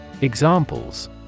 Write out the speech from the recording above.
Examples